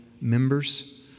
members